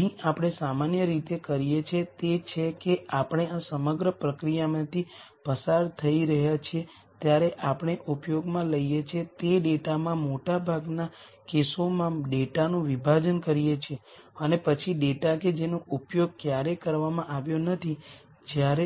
અમે જોયું કે શૂન્ય આઇગન વૅલ્યુઝને અનુરૂપ આઇગન વેક્ટરર્સ મેટ્રિક્સ A ની નલ સ્પેસને સ્પાન કરે છે અને નોન ઝીરો આઇગન વૅલ્યુઝને અનુરૂપ આઇગન વેક્ટરમાં સિમેટ્રિક મેટ્રિક્સ માટે A ની કોલમ સ્પેસ ને સ્પાન કરે છે જે